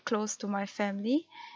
close to my family